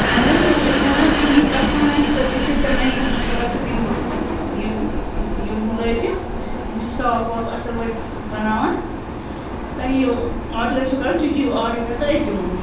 اہن حظ أسۍ چھِ اَنان تُہنٛدِی کَسٹمَرن ہِنٛدۍ خٲطرٕ چھِ أسۍ اَنان یِم اَصٕل اَصٕل یِم یِم یِم مٕلٲزِم یِم چھِ صاف واف اَصٕل وٲلۍ بَناوان تۄہہِ یہِ آرڈَر ٲسِو کران تُہۍ دِیِو آرڈَر تہٕ أسۍ دِمو